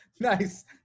Nice